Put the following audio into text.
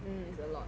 mm it's a lot